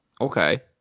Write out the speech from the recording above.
Okay